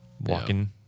walking